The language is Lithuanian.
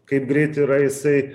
kaip greit yra jisai